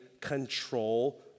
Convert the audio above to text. control